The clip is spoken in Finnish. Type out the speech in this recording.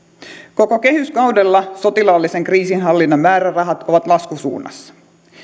koko kehyskaudella sotilaallisen kriisinhallinnan määrärahat ovat laskusuunnassa